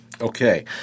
Okay